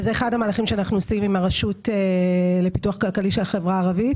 וזה אחד המהלכים שאנחנו עושים עם הרשות לפיתוח כלכלי של החברה הערבית